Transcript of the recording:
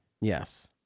yes